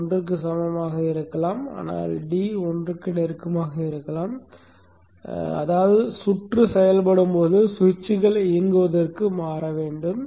1 க்கு சமம் என இருக்கலாம் ஆனால் d 1 க்கு நெருக்கமாக இருக்கலாம் அதாவது சுற்று செயல்படும் போது சுவிட்சுகள் இயங்குவதற்கு மாற வேண்டும்